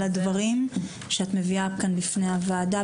על הדברים שאת מביעה כאן בפני הוועדה,